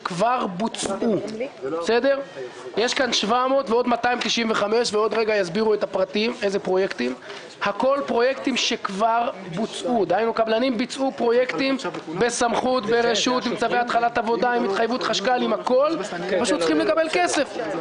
על כביש 232. החלו בתיקונו של כביש 232,